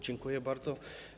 Dziękuję bardzo.